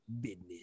business